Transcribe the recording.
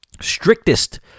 Strictest